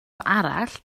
arall